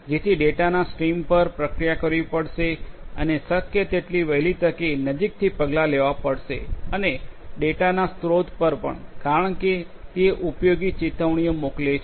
જેથી ડેટાના સ્ટ્રીમ્સ પર પ્રક્રિયા કરવી પડશે અને શક્ય તેટલી વહેલી તકે નજીકથી પગલાં લેવા પડશે અને ડેટાના સ્ત્રોત પર પણ કારણ કે તે ઉપયોગી ચેતવણીઓ મોકલી શકે છે